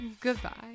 Goodbye